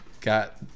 Got